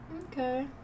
Okay